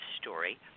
story